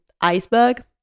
iceberg